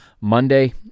Monday